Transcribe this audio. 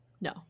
No